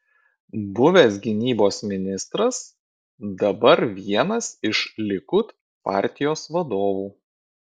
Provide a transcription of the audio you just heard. buvęs gynybos ministras dabar vienas iš likud partijos vadovų